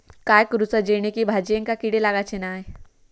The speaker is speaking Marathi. काय करूचा जेणेकी भाजायेंका किडे लागाचे नाय?